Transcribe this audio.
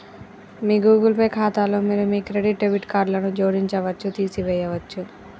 మీ Google pay ఖాతాలో మీరు మీ క్రెడిట్, డెబిట్ కార్డులను జోడించవచ్చు, తీసివేయచ్చు